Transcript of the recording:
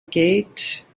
gate